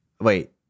Wait